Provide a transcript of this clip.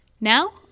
Now